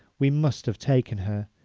we must have taken her.